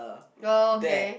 okay